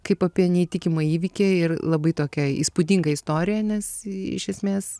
kaip apie neįtikimą įvykį ir labai tokia įspūdinga istorija nes iš esmės